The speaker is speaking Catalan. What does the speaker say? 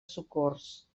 socors